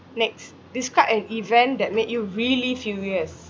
next describe an event that made you really furious